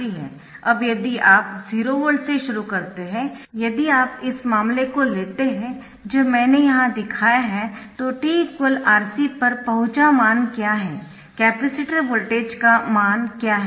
अब यदि आप 0 वोल्ट से शुरू करते है यदि आप इस मामले को लेते है जो मैंने यहां दिखाया है तो t R c पर पहुंचा मान क्या है कैपेसिटर वोल्टेज का मान क्या है